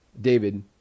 David